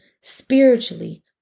spiritually